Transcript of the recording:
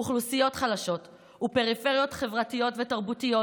אוכלוסיות חלשות ופריפריות חברתיות ותרבותיות